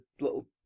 little